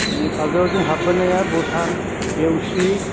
जोंनि काजलगावजों हाबबोनाया भुटान देवस्रि